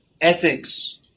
ethics